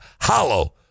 hollow